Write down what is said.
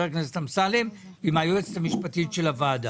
הכנסת אמסלם ועם היועצת המשפטית של הוועדה.